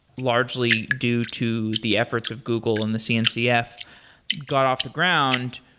largely due to the efforts of google and the cncf got off the ground,